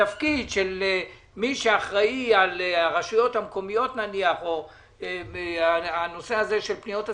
תפקיד של מי שאחראי על הרשויות המקומיות או הנושא הזה של פניות הציבור,